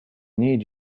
need